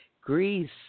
Greece